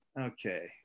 Okay